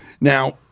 Now